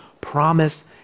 promise